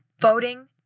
voting